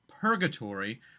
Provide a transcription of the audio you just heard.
purgatory